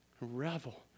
Revel